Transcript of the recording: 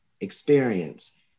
experience